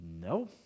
No